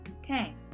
okay